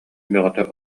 бөҕө